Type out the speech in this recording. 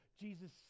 Jesus